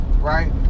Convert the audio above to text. right